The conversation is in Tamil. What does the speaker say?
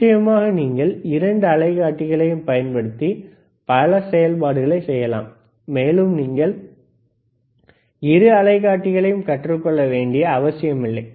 நிச்சயமாக நீங்கள் இரண்டு அலைக்காட்டிகளையும் பயன்படுத்தி பல செயல்பாடுகளைச் செய்யலாம் மேலும் நீங்கள் இரு அலைக்காட்டிகளையும் கற்றுக் கொள்ள வேண்டிய அவசியமில்லை